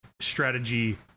strategy